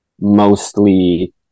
mostly